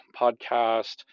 Podcast